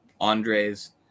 Andres